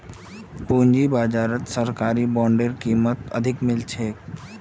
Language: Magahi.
पूंजी बाजारत सरकारी बॉन्डेर कीमत अधिक मिल छेक